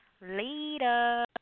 Later